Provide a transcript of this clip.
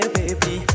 baby